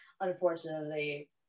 unfortunately